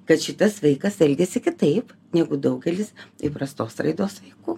kad šitas vaikas elgiasi kitaip negu daugelis įprastos raidos vaikų